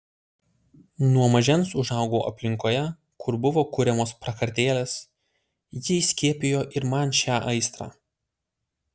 nuo mažens užaugau aplinkoje kur buvo kuriamos prakartėlės ji įskiepijo ir man šią aistrą